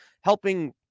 helping